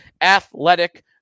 Athletic